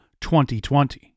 2020